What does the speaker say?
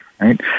Right